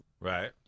Right